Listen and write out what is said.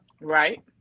Right